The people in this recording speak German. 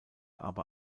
aber